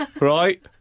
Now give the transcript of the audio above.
Right